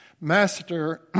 Master